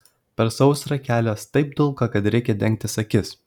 per sausrą kelias taip dulka kad reikia dengtis akis